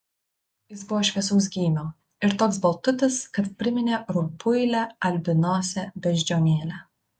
jis buvo šviesaus gymio ir toks baltutis kad priminė rubuilę albinosę beždžionėlę